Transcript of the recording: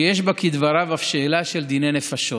ויש בה כדבריו אף שאלה של דיני נפשות.